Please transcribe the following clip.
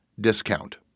discount